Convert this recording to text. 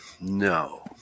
No